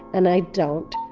and i don't,